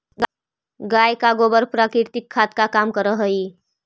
गाय का गोबर प्राकृतिक खाद का काम करअ हई